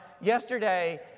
yesterday